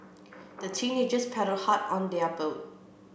the teenagers paddled hard on their boat